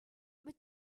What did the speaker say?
but